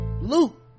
Luke